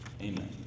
Amen